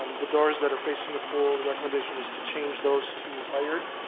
um the doors that are facing the pool, the recommendation was to change those to wired,